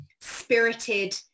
spirited